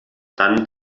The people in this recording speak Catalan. tant